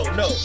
no